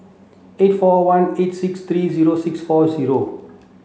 eight four one eight six three zero six four zero